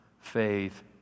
faith